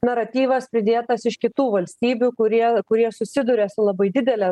naratyvas pridėtas iš kitų valstybių kurie kurie susiduria su labai didele